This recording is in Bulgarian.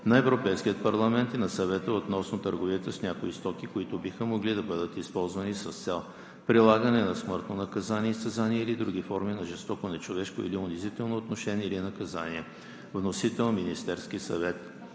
на Европейския парламент и на Съвета относно търговията с някои стоки, които биха могли да бъдат използвани с цел прилагане на смъртно наказание, изтезания или други форми на жестоко, нечовешко или унизително отношение или наказание. Вносител е Министерският съвет.